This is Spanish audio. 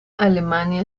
alemania